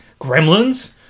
Gremlins